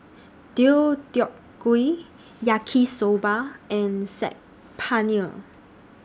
Deodeok Gui Yaki Soba and Saag Paneer